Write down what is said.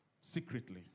secretly